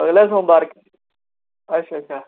अगले सोमबार अच्छा अच्छा